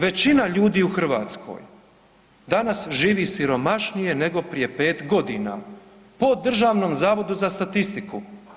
Većina ljudi u Hrvatskoj danas živi siromašnije nego prije 5.g. po Državnom zavodu za statistiku.